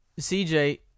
CJ